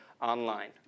online